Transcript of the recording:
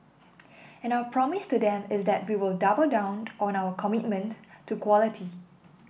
and our promise to them is that we will double down on our commitment to quality